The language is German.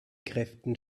kräften